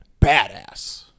Badass